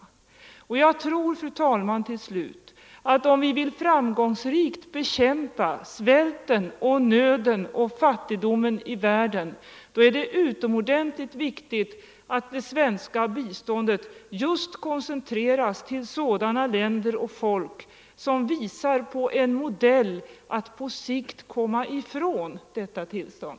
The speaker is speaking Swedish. Jag tror, fru talman, att om vi framgångsrikt vill bekämpa svälten, nöden och fattigdomen i världen så är det utomordentligt viktigt att det svenska biståndet koncentreras till sådana länder och folk som visar på en modell att på sikt komma ifrån detta tillstånd.